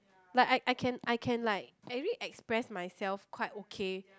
like I I can I can like I already express myself quite okay